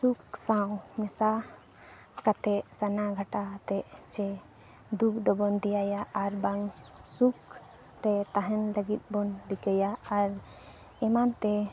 ᱥᱩᱠ ᱥᱟᱶ ᱢᱮᱥᱟ ᱠᱟᱛᱮᱫ ᱥᱟᱱᱟ ᱜᱷᱟᱴᱟᱣ ᱟᱛᱮᱫ ᱪᱮ ᱫᱩᱠ ᱫᱚᱵᱚᱱ ᱫᱮᱭᱟᱭᱟ ᱟᱨᱵᱟᱝ ᱥᱩᱠᱨᱮ ᱛᱟᱦᱮᱱ ᱞᱟᱹᱜᱤᱫ ᱵᱚᱱ ᱨᱤᱠᱟᱹᱭᱟ ᱟᱨ ᱮᱢᱟᱱᱛᱮ